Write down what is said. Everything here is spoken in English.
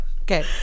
Okay